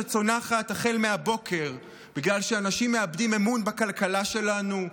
שצונחת החל מהבוקר בגלל שאנשים מאבדים אמון בכלכלה שלנו?